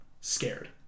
scared